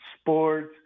sports